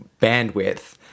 bandwidth